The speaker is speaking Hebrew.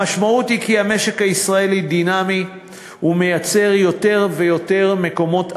המשמעות היא שהמשק הישראלי דינמי ומייצר יותר ויותר מקומות עבודה,